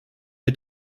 est